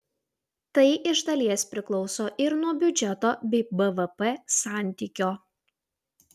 tai iš dalies priklauso ir nuo biudžeto bei bvp santykio